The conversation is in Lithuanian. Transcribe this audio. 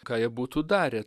ką jie būtų darę